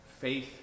Faith